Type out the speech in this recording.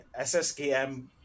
SSKM